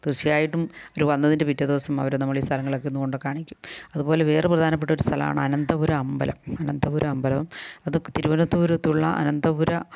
തീർച്ചയായിട്ടും അവർ വന്നതിൻ്റെ പിറ്റേ ദിവസം അവരെ നമ്മൾ ഈ സ്ഥലങ്ങളിലൊക്കെ ഒന്ന് കൊണ്ട് കാണിക്കും അതുപോലെ വേറെ പ്രധാനപ്പെട്ട ഒരു സ്ഥലമാണ് അനന്തപുരം അമ്പലം അനന്തപുരം അമ്പലം അത് തിരുവനന്തപുരത്തുള്ള അനന്തപുര